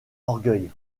orgueil